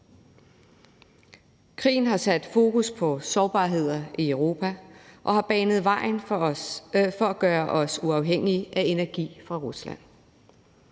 Krigen har sat fokus på sårbarheder i Europa og har banet vejen for at gøre os uafhængige af energi fra Rusland.